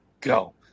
go